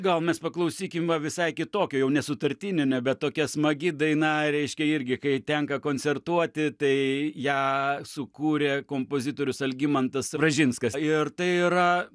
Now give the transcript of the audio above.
gal mes paklausykim va visai kitokio jau nesutartinių nebe tokia smagi daina reiškia irgi kai tenka koncertuoti tai ją sukūrė kompozitorius algimantas ražinskas ir tai yra